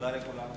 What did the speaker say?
(תרגום הודעות חירום),